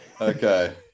okay